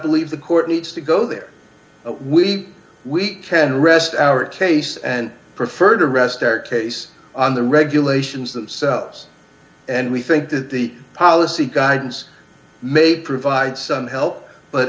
believe the court needs to go there we we can rest our case and prefer to rest our case on the regulations themselves and we think that the policy guidance may provide some help but